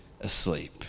asleep